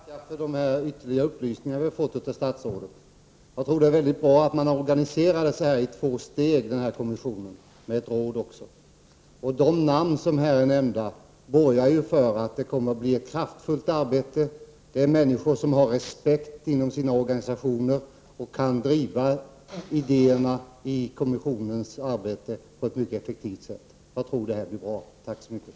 Herr talman! Jag tackar för de ytterligare upplysningar som vi har fått av statsrådet. Jag tror att det är bra att man organiserar denna kommission i två steg, inkl. ett råd. De namn som här är nämnda borgar för att det kommer att bli ett kraftfullt arbete. Det är fråga om människor som har respekt inom sina organisationer och som kan driva ideérna i kommissionens arbete på ett mycket effektivt sätt. Jag tror att det här kommer att bli bra.